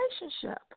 relationship